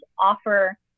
offer